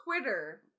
Twitter